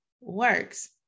works